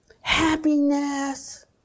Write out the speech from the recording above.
happiness